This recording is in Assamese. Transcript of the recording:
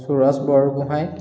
সুৰজ বৰগোঁহাই